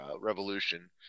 Revolution